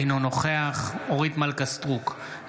אינו נוכח אורית מלכה סטרוק,